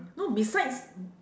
no besides